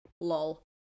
lol